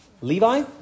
Levi